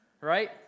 Right